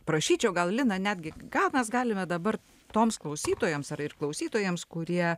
prašyčiau gal lina netgi gal mes galime dabar toms klausytojoms ar ir klausytojams kurie